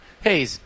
hey